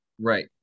right